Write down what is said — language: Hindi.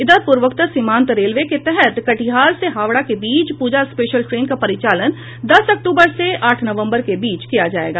इधर पूर्वोत्तर सीमांत रेलवे के तहत कटिहार से हावड़ा के बीच पूजा स्पेशल ट्रेन का परिचालन दस अक्टूबर से आठ नवंबर के बीच किया जाएगा